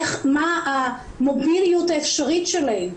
מה המוביליות האפשרית שלהן,